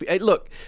Look